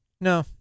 No